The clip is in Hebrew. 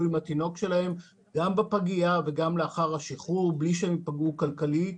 עם התינוק שלהם גם בפגייה וגם לאחר השחרור בלי שהם ייפגעו כלכלית.